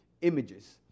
images